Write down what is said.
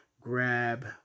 grab